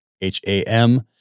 H-A-M